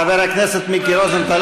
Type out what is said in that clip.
חבר הכנסת מיקי רוזנטל,